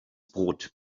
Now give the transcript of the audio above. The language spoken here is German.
brot